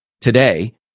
today